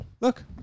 Look